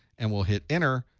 and we'll hit enter.